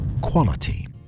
Quality